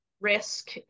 risk